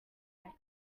might